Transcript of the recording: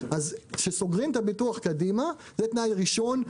אז כשסוגרים את הביטוח קדימה זה תנאי ראשון.